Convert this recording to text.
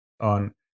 on